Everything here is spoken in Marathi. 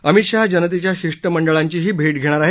अमित शहा जनतेच्या शिष्टमंडळांचीही भेट घेणार आहेत